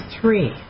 three